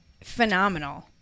phenomenal